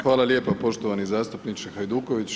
Hvala lijepo poštovani zastupniče Hajduković.